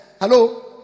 Hello